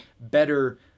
better